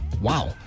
wow